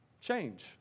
change